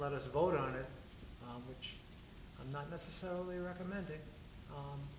let us vote on it which i'm not necessarily recommended